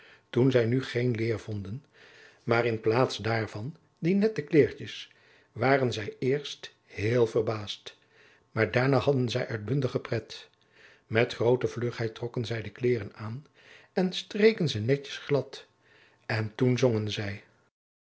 toen zij nu geen leêr vonden maar in plaats daarvan die nette kleertjes waren zij eerst heel verbaasd maar daarna hadden zij uitbundige pret met groote vlugheid trokken zij de kleeren aan en streken ze netjes glad en toen zongen zij